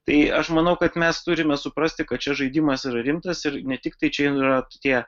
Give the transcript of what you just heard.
tai aš manau kad mes turime suprasti kad šis žaidimas yra rimtas ir ne tiktai čia yra tokie